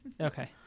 Okay